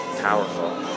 powerful